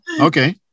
okay